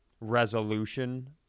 resolution